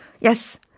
Yes